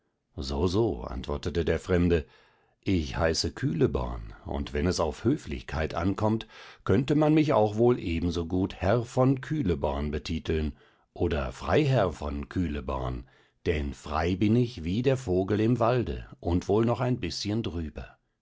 so so antwortete der fremde ich heiße kühleborn und wenn es auf höflichkeit ankommt könnte man mich auch wohl ebensogut herr von kühleborn betiteln oder freiherr von kühleborn denn frei bin ich wie der vogel im walde und wohl noch ein bißchen drüber